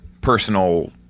personal